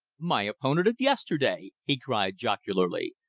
my opponent of yesterday! he cried jocularly.